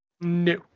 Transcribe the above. No